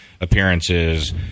appearances